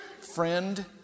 friend